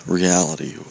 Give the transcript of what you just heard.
reality